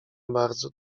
bardzo